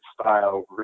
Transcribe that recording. style